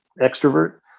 extrovert